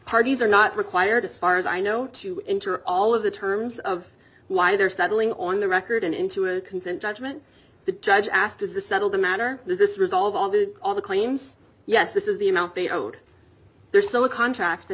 parties are not required as far as i know to enter all of the terms of why they're settling on the record and into a content judgment the judge asked to settle the matter this resolved on the on the claims yes this is the amount they owed there's still a contract that